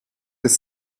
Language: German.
des